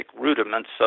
rudiments